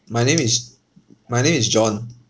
my name is my name is john